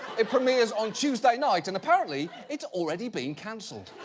it premieres on tuesday night and apparently, it's already been cancelled.